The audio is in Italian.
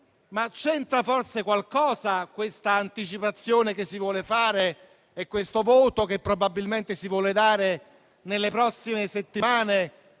c'entra forse qualcosa questa anticipazione che si vuole fare e questo voto che probabilmente si vuole dare nelle prossime settimane